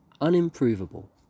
unimprovable